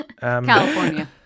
california